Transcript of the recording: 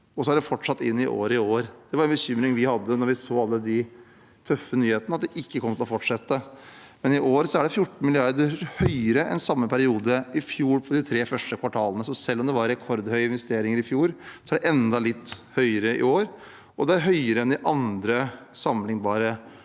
og så har det fortsatt inn i året i år. En bekymring vi hadde da vi så alle de tøffe nyhetene, var at det ikke kom til å fortsette, men i år er det 14 mrd. kr høyere enn for samme periode i fjor på de tre første kvartalene. Så selv om det var rekordhøye investeringer i fjor, er de enda litt høyere i år, og det er høyere enn i andre sammenlignbare